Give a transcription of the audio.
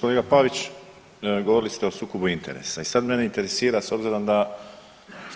Kolega Pavić, govorili ste o sukobu interesa i sad mene interesira s obzirom da